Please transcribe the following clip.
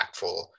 impactful